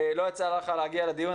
לא יצא לך להגיע לדיון.